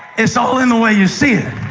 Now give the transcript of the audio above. it's all in the way you see it.